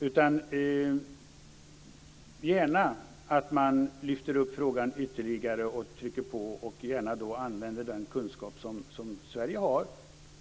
Man kan gärna lyfta upp frågan ytterligare och trycka på och använda den kunskap som Sverige har